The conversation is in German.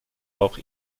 auch